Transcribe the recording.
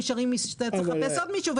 צריך לחפש עוד מישהו.